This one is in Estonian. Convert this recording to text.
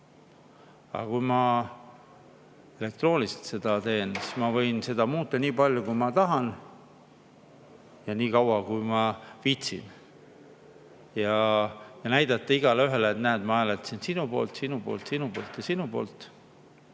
Aga kui ma elektrooniliselt [hääletan], siis ma võin seda muuta nii palju, kui ma tahan, ja nii kaua, kui ma viitsin, ja näidata igaühele, et näed, ma hääletasin sinu poolt, sinu poolt, sinu poolt ja sinu poolt.